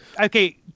okay